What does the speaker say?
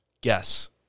guess